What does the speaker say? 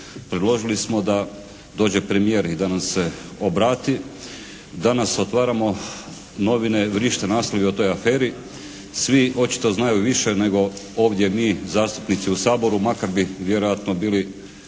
Predložili smo da dođe premijer i da nam se obrati. Danas otvaramo novine, vrište naslovi o toj aferi. Svi očito znaju više nego ovdje mi zastupnici u Saboru makar bi vjerojatno bili, bilo